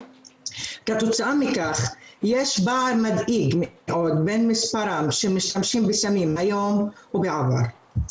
כתוצאה מכך יש פער מדאיג מאוד בין מספרם של משתמשים בסמים היום ובעבר.